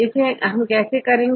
इसे कैसे करेंगे